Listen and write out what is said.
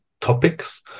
topics